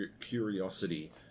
curiosity